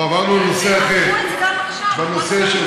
איתן ברושי, בבקשה, אדוני.